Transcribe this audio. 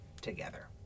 together